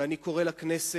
ואני קורא לכנסת